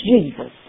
Jesus